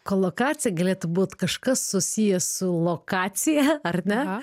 kolokacija galėtų būt kažkas susiję su lokacija ar ne